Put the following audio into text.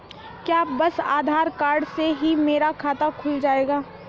क्या बस आधार कार्ड से ही मेरा खाता खुल जाएगा?